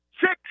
Six